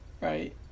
right